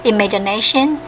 Imagination